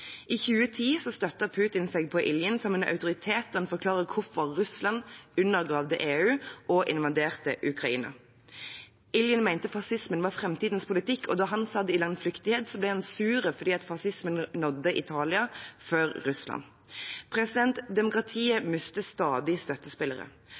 I 2010 støttet Putin seg på Iljin som en autoritet da han forklarte hvorfor Russland undergravde EU og invaderte Ukraina. Iljin mente fascismen var framtidens politikk, og da han satt i landflyktighet, ble han sur fordi fascismen nådde Italia før Russland.